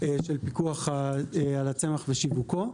לפיקוח על ייצור הצמח ושיווקו,